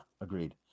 agreed